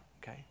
okay